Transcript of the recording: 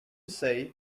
say